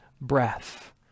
breath